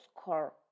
score